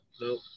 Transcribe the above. no